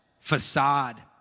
facade